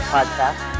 Podcast